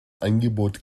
angebot